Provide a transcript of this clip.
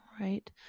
right